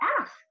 ask